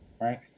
Right